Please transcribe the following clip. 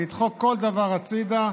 לדחוק כל דבר הצידה,